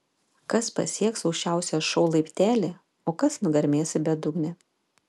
kas pasieks aukščiausią šou laiptelį o kas nugarmės į bedugnę